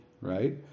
right